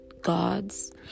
gods